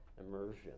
immersion